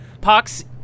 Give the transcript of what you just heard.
Pox